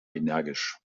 energisch